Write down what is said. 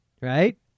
right